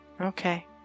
Okay